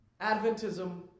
Adventism